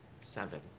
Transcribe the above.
Seven